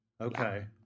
okay